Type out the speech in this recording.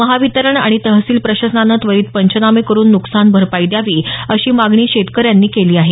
महावितरण आणि तहसील प्रशासनानं त्वरित पंचनामे करुन नुकसान भरपाई द्यावी अशी मागणी शेतकऱ्यांनी केली आहे